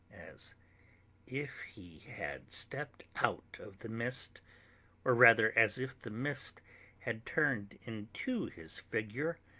as if he had stepped out of the mist or rather as if the mist had turned into his figure,